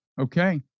Okay